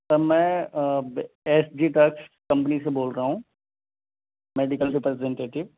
سر میں F G tax company سے بول رہا ہوں میڈیکل ریپرزنٹیٹیو